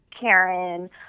Karen